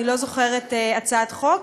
אני לא זוכרת הצעת חוק,